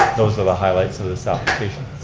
those are the highlights of this application.